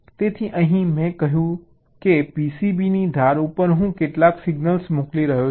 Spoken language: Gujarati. તેથી અહીં મેં કહ્યું કે PCB ની ધાર ઉપર હું કેટલાક સિગ્નલ્સ મોકલી રહ્યો છું